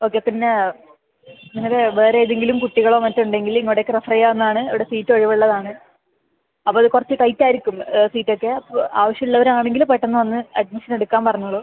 okay പിന്നെ നിങ്ങള് വേറെ ഏതെങ്കിലും കുട്ടികളോ മറ്റോ ഉണ്ടെങ്കില് ഇങ്ങോട്ടേക്ക് റഫറ് ചെയ്യാവുന്നത് ആണ് ഇവിടെ സീറ്റ് ഒഴിവ് ഉള്ളത് ആണ് അപ്പോൾ ഇത് കുറച്ച് ടൈറ്റ് ആയിരിക്കും സീറ്റ് ഒക്കെ ആവശ്യം ഉള്ളവര് ആണെങ്കില് പെട്ടെന്ന് വന്ന് അഡ്മിഷൻ എടുക്കാൻ പറഞ്ഞോളൂ